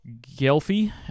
Gelfie